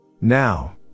Now